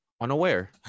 unaware